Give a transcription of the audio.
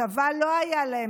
צבא לא היה להם,